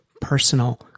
personal